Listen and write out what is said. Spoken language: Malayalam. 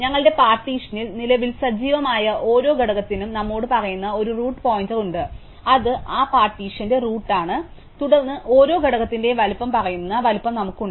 ഞങ്ങളുടെ പാർട്ടീഷനിൽ നിലവിൽ സജീവമായ ഓരോ ഘടകത്തിനും നമ്മോട് പറയുന്ന ഒരു റൂട്ട് പോയിന്റർ ഉണ്ട് അത് ആ പാർട്ടീഷന്റെ റൂട്ട് ആണ് തുടർന്ന് ഓരോ ഘടകത്തിന്റെയും വലുപ്പം പറയുന്ന വലുപ്പം നമുക്ക് ഉണ്ട്